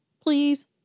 please